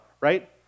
right